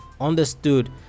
understood